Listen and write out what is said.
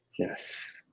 Yes